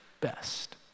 Best